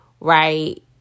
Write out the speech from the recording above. right